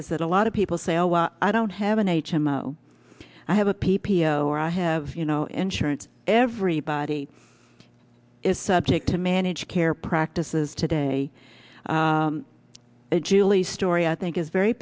is that a lot of people say oh well i don't have an h m o i have a p p o or i have you know insurance everybody is subject to managed care practices today julie's story i think is very